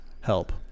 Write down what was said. help